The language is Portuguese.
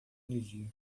energia